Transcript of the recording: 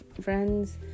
friends